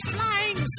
Flying